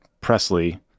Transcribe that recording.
Presley